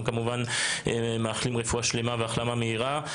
אנחנו כמובן מאחלים רפואה שלמה והחלמה מהירה.